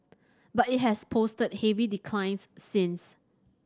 but it has posted heavy declines since